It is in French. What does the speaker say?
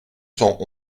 cent